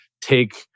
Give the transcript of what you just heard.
take